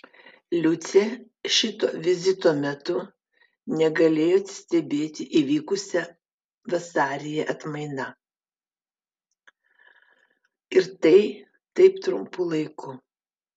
liucė šito vizito metu negalėjo atsistebėti įvykusia vasaryje atmaina ir tai taip trumpu laiku